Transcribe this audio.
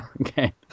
Okay